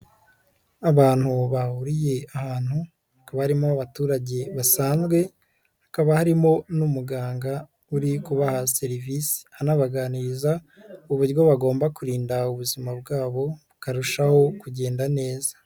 Abantu bahuriye ahantu, hakaba harimo abaturage basanzwe, hakaba harimo n'umuganga uri kubaha serivisi anabaganiriza uburyo bagomba kurinda ubuzima bwabo, bukarushaho kugenda neza.